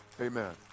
Amen